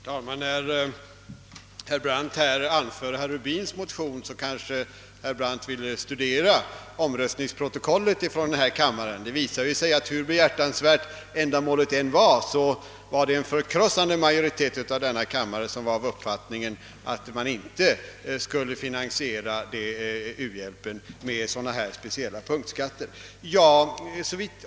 Herr talman! När herr Brandt här anför herr Rubins motion, så kanske herr Brandt ville studera omröstningsprotokollet från denna kammare. Det visar sig att hur behjärtansvärt ändamålet än var, hade en förkrossande majoritet i denna kammare uppfattningen att man inte skulle finansiera u-hjälpen med dylika punktskatter.